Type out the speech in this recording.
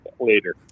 later